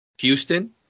Houston